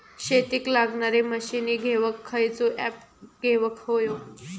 शेतीक लागणारे मशीनी घेवक खयचो ऍप घेवक होयो?